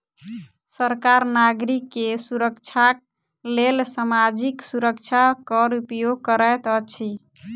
सरकार नागरिक के सुरक्षाक लेल सामाजिक सुरक्षा कर उपयोग करैत अछि